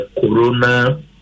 corona